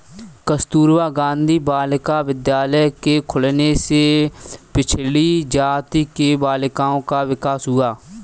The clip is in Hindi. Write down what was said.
कस्तूरबा गाँधी बालिका विद्यालय के खुलने से पिछड़ी जाति की बालिकाओं का विकास हुआ है